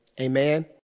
Amen